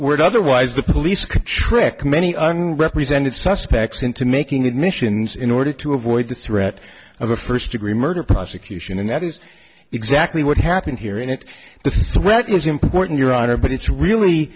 done otherwise the police can trick many represented suspects into making admissions in order to avoid the threat of a first degree murder prosecution and that is exactly what happened here in it the threat is important your honor but it's really